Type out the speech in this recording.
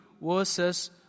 verses